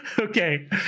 okay